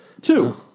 Two